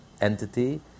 entity